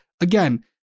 Again